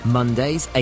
Mondays